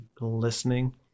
listening